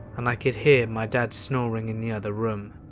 and i could hear my dad snoring in the other room